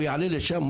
הוא יעלה לשם?